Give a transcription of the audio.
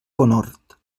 conhort